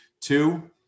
Two